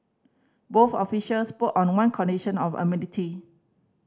both officials spoke on one condition of